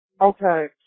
Okay